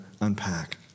unpack